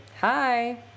Hi